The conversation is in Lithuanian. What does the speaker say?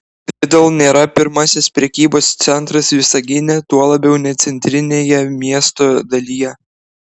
lidl nėra pirmasis prekybos centras visagine tuo labiau ne centrinėje miesto dalyje